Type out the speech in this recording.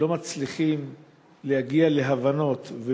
לא מצליחים להגיע להבנות,